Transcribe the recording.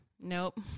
Nope